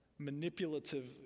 manipulative